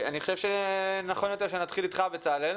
אני חושב שנכון יותר שנתחיל איתך בצלאל,